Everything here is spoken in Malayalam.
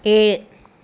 ഏഴ്